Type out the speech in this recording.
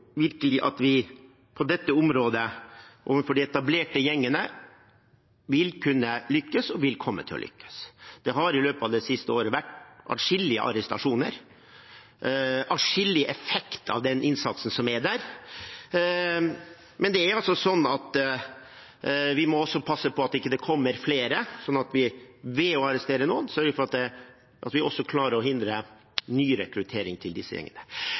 virkelig at vi på dette området, overfor de etablerte gjengene, vil kunne lykkes og vil komme til å lykkes. Det har i løpet av det siste året vært atskillige arrestasjoner, atskillig effekt av den innsatsen som er der. Men vi må også passe på at det ikke kommer flere, slik at vi ved å arrestere noen sørger for at vi også klarer å hindre nyrekruttering til disse gjengene.